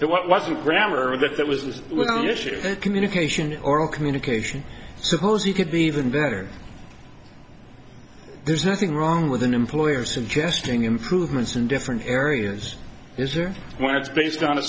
that that was the issue communication oral communication suppose you could be even better there's nothing wrong with an employer suggesting improvements in different areas is or where it's based on a